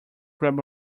grab